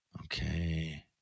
Okay